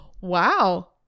Wow